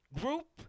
Group